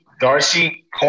Darcy